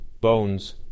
bones